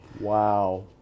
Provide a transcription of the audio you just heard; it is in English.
Wow